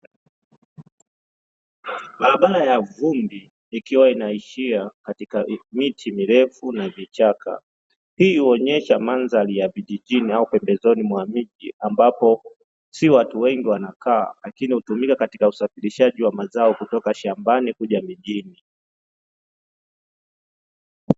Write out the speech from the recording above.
Barabara ya vumbi ikiwa inaishia katika miti mirefu na vichaka, hiyo inaonyesha mandhari ya vijijini au pembezoni mwa miti, ambapo sio watu wengi wanakaa lakini hutumika katika uzalishaji wa mazao kutoka shambani kuja mjini.